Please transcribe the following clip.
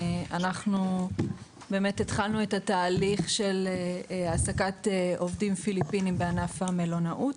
אנחנו התחלנו את התהליך של העסקת עובדים פיליפיניים בענף המלונאות.